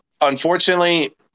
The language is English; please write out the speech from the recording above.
Unfortunately